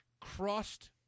crossed